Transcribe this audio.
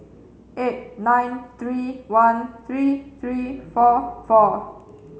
eight nine three one three three four four